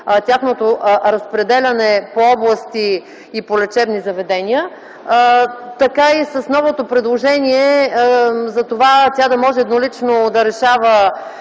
тяхното разпределяне по области и по лечебни заведения, така и във връзка с новото предложение - тя да може еднолично да решава